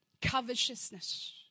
covetousness